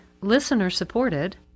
listener-supported